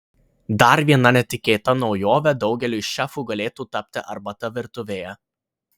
dar viena netikėta naujove daugeliui šefų galėtų tapti arbata virtuvėje